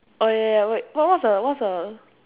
oh ya ya wait what what's the what's the